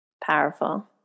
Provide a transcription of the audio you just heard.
Powerful